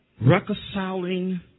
Reconciling